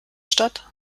statt